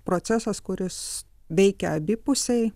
procesas kuris veikia abipusiai